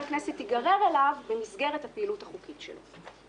הכנסת ייגרר אליו במסגרת הפעילות החוקית שלו.